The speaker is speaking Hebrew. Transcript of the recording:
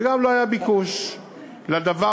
ולא היה ביקוש לדבר.